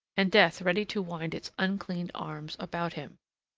and death ready to wind its unclean arms about him.